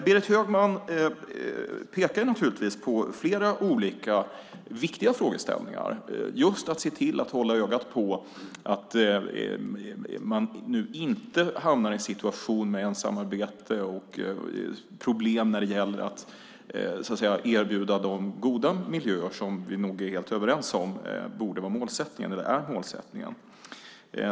Berit Högman pekar naturligtvis på flera olika viktiga frågeställningar, till exempel att hålla ögonen på att man nu inte hamnar i en situation med ensamarbete och problem när det gäller att erbjuda de goda miljöer som vi nog är helt överens om borde vara målsättningen.